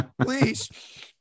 please